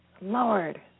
Lord